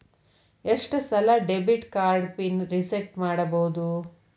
ಎಷ್ಟ ಸಲ debit card pin reset ಮಾಡಬೋದು